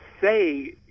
say